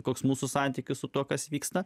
koks mūsų santykius su tuo kas vyksta